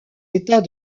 états